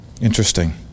Interesting